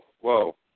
whoa